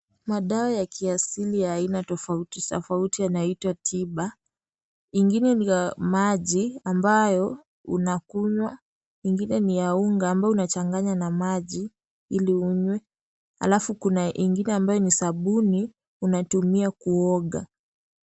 Madawa ya kiasili ya aina tofautitofauti yanaitwa Tiba, ingine ni ya maji ambayo unakunywa ingine ni ya unga ambayo unachanganya na maji ili unywe alafu ingine ambayo ni sabuni unatumia kuoga.